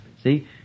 See